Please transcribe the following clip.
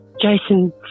Jason